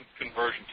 conversion